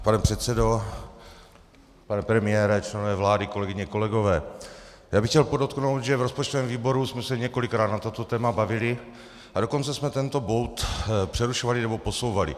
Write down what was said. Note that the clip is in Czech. Pane předsedo, pane premiére, členové vlády, kolegyně, kolegové, já bych chtěl podotknout, že v rozpočtovém výboru jsme se několikrát na toto téma bavili, a dokonce jsme tento bod přerušovali nebo posouvali.